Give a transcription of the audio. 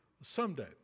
someday